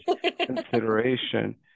consideration